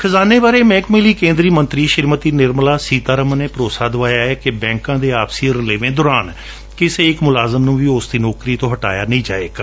ਖਜਾਨੇ ਬਾਰੇ ਮਹਿਕਮੇ ਲਈ ਕੇਦਰੀ ਮੰਤਰੀ ਸ਼ੂੀਮਤੀ ਨਿਰਮਲਾ ਸੀਤਾਰਮਨ ਨੇ ਭਰੋਸਾ ਦਵਾਇਐ ਕਿ ਬੈਕਾ ਦੇ ਆਪਸੀ ਰਲੇਵੇਂ ਦੌਰਾਨ ਕਿਸੇ ਇੱਕ ਮੁਲਾਜਮ ਨੂੰ ਵੀ ਉਸ ਦੀ ਨੌਕਰੀ ਤੋਂ ਹਟਾਇਆ ਨਹੀਂ ਜਾਵੇਗਾ